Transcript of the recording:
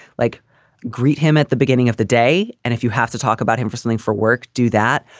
like greet him at the beginning of the day. and if you have to talk about him for settling for work, do that.